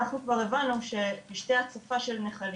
אנחנו כבר הבנו שפשטי הצפה של נחלים,